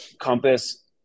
Compass